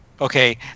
Okay